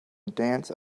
dance